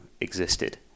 existed